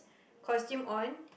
costume on